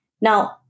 Now